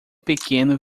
pequeno